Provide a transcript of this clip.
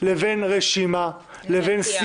ברשימה התמזגנו.